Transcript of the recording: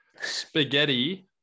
Spaghetti